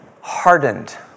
hardened